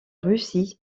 russie